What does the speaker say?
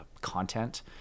content